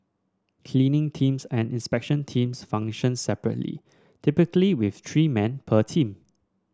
cleaning teams and inspection teams function separately typically with three men per team